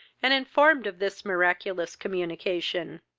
and informed of this miraculous communication.